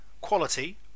Quality